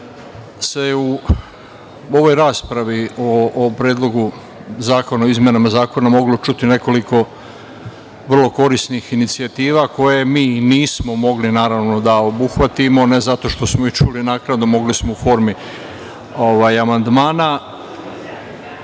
se u ovoj raspravi o predlogu zakona o izmenama zakona moglo čuti nekoliko vrlo korisnih inicijativa koje mi nismo mogli da obuhvatimo, ne zato što smo čuli naknadno, mogli smo u formi amandmana. Mogli